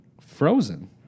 Frozen